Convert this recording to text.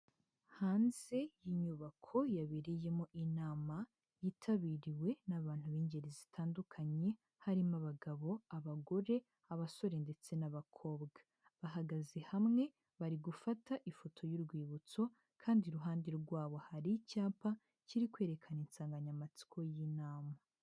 Hanze y'inyubako yabereyemo inama, yitabiriwe n'abantu b'ingeri zitandukanye, harimo abagabo, abagore, abasore, ndetse n'abakobwa, bahagaze hamwe, bari gufata ifoto y'urwibutso, kandi iruhande rwabo hari icyapa kiri kwerekana insanganyamatsiko y'inama.